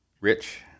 Rich